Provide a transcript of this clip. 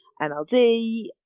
MLD